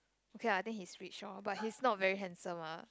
okay lah I think he's rich lor but he's not very handsome lah